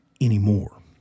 anymore